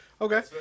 Okay